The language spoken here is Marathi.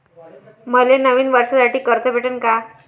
मले नवीन वर्षासाठी कर्ज भेटन का?